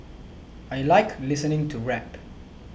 I like listening to rap